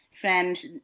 friends